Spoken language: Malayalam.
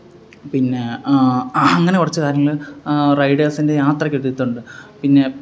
പിന്നെ അങ്ങനെ കുറച്ച് കാര്യങ്ങള് റൈഡേസിന്റെ യാത്രയ്ക്ക് ഒരിതുണ്ട് പിന്നെ